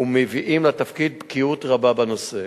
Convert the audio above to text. ומביאים לתפקיד בקיאות רבה בנושא.